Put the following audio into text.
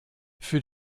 für